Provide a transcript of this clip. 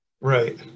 Right